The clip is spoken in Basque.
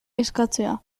eskatzea